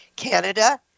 Canada